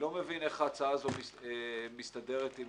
אני לא מבין איך ההצעה הזאת מסתדרת עם